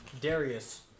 Darius